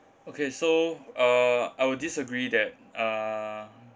okay so uh I would disagree that uh